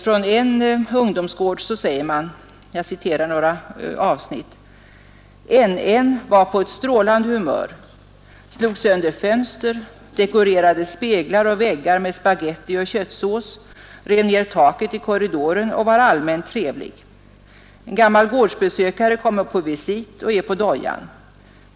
Från en ungdomsgård säger man: ”NN var på ett strålande humör, slog sönder fönster, dekorerade speglar och väggar med spaghetti och köttsås, rev ned taket i korridoren och var allmänt trevlig. Gammal gårdsbesökare kommer på visit och är på dojan.